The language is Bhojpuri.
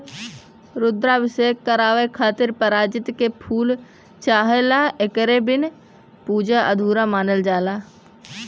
रुद्राभिषेक करावे खातिर पारिजात के फूल चाहला एकरे बिना पूजा अधूरा मानल जाला